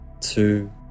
two